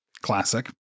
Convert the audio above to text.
Classic